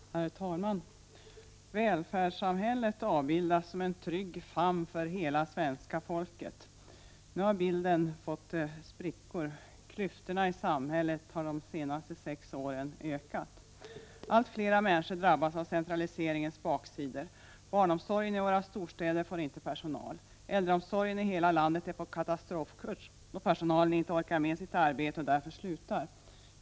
Herr talman! Välfärdssamhället avbildas som en trygg famn för hela svenska folket. Nu har bilden fått sprickor. Klyftorna i samhället har ökat de senaste sex åren. Allt flera människor drabbas av centraliseringens baksidor. Barnomsorgen i våra storstäder får inte personal. Äldreomsorgen i hela landet är på katastrofkurs, då personalen inte orkar med sitt arbete och därför slutar.